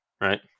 right